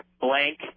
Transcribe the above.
blank